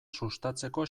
sustatzeko